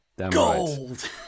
Gold